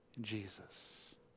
Jesus